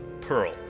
pearl